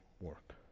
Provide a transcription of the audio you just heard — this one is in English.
work